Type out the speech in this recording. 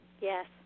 Yes